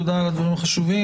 תודה על הדברים החשובים.